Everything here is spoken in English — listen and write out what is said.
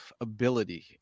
ability